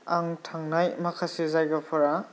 आं थांनाय माखासे जायगाफोरा